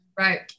Right